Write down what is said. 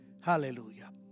Hallelujah